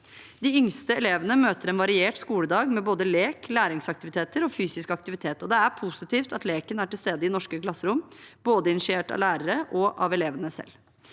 De yngste elevene møter en variert skoledag, med både lek, læringsaktiviteter og fysisk aktivitet, og det er positivt at leken er til stede i norske klasserom, initiert både av lærere og av elevene selv.